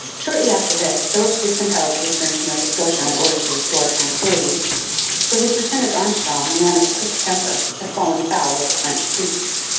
shortly after this philipps was compelled to return to nova scotia in order to restore tranquillity for his lieutenant armstrong, a man of quick temper, had fallen foul of the french priests,